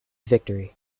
victory